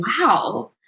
wow